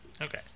Okay